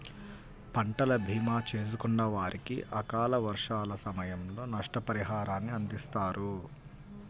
పంటల భీమా చేసుకున్న వారికి అకాల వర్షాల సమయంలో నష్టపరిహారాన్ని అందిస్తారు